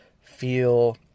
feel